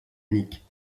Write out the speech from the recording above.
unique